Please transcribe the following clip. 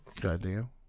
Goddamn